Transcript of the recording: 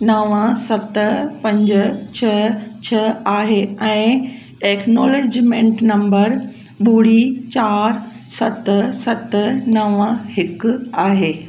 नव सत पंज छह छह आहे ऐं एक्नॉलेजमेंट नंबर ॿुड़ी चार सत सत नव हिकु आहे